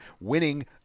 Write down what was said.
winning